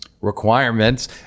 requirements